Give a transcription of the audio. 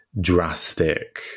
drastic